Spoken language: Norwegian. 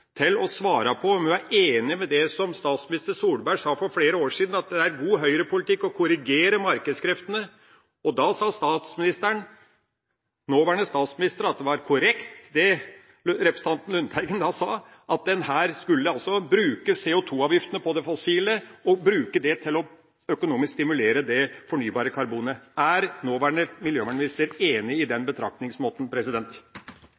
til å svare på om hun er enig i det som statsminister Solberg sa for flere år siden, at det er god høyrepolitikk å korrigere markedskreftene. Da sa nåværende statsminister at det var korrekt det representanten Lundteigen da sa, at en skulle bruke CO2-avgiftene på det fossile karbonet til økonomisk å stimulere det fornybare karbonet. Er nåværende miljøminister enig i den